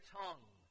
tongue